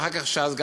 ואחר כך גם ש"ס,